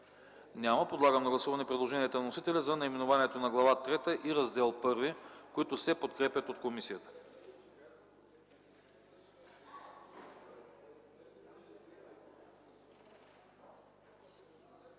Няма. Подлагам на гласуване предложението на вносителя за наименованието на Глава шеста, което се подкрепя от комисията.